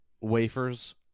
wafers